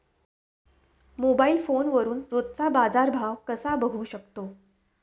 Mobile फोनवरून रोजचा बाजारभाव कसा बघू शकतो?